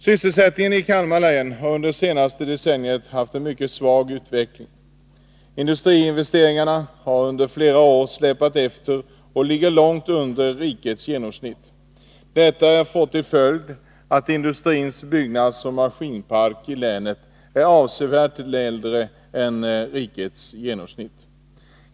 Sysselsättningen i Kalmar län har under det senaste decenniet haft en mycket svag utveckling. Industriinvesteringarna har under flera år släpat efter och ligger långt under rikets genomsnitt. Detta har fått till följd att industrins byggnadsoch maskinpark i länet är avsevärt äldre än rikets genomsnitt.